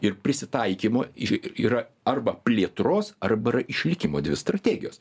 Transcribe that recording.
ir prisitaikymo ir yra arba plėtros arba yra išlikimo dvi strategijos